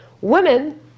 women